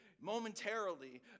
momentarily